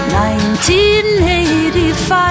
1985